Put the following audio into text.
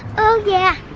oh yeah,